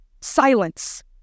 Silence